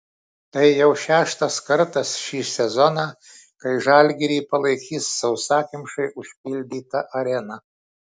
tai jau šeštas kartas šį sezoną kai žalgirį palaikys sausakimšai užpildyta arena